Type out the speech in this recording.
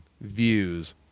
views